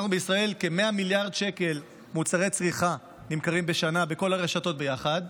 בישראל מוצרי צריכה נמכרים ב-100 מיליארד שקל בשנה בכל הרשתות ביחד,